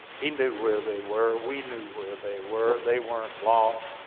he knew where they were. we knew where they were. they weren't lost.